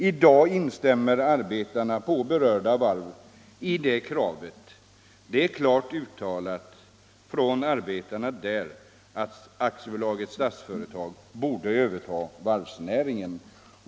I dag instämmer arbetarna på berörda varv i kravet. Det har klart uttalats från arbetarna där att Statsföretag AB borde överta varvsnäringen.